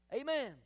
Amen